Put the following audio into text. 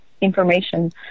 information